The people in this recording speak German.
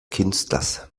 künstlers